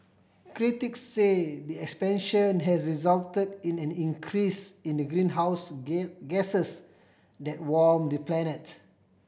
critic say the expansion has result in an increase in the greenhouse gases that warm the planet